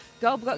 Go